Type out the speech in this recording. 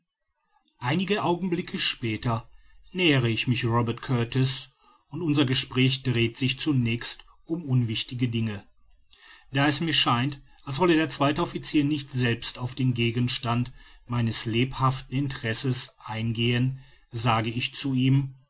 einige augenblicke später nähere ich mich robert kurtis und unser gespräch dreht sich zunächst um unwichtige dinge da es mir scheint als wolle der zweite officier nicht selbst auf den gegenstand meines lebhaften interesses eingehen sage ich zu ihm